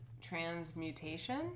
Transmutation